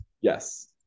Yes